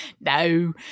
No